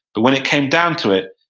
but when it came down to it,